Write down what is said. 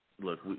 look